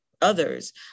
others